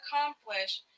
accomplish